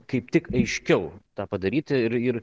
kaip tik aiškiau tą padaryti ir ir